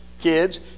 kids